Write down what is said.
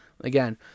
again